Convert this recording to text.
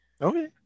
okay